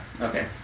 Okay